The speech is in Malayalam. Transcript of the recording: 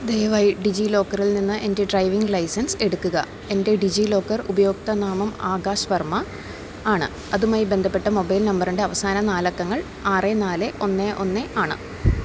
ദയവായി ഡിജിലോക്കറിൽ നിന്ന് എൻ്റെ ഡ്രൈവിംഗ് ലൈസൻസ് എടുക്കുക എൻ്റെ ഡിജിലോക്കർ ഉപയോക്തനാമം ആകാശ് വർമ്മയാണ് അതുമായി ബന്ധപ്പെട്ട മൊബൈൽ നമ്പറിൻ്റെ അവസാന നാലക്കങ്ങൾ ആറ് നാല് ഒന്ന് ഒന്നാണ്